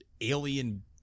alien